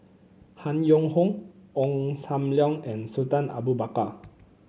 Han Yong Hong Ong Sam Leong and Sultan Abu Bakar